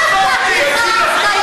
לא אכפת לך.